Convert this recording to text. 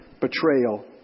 betrayal